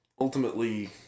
ultimately